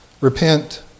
repent